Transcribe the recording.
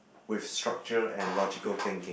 with structure and logical thinking